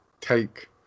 take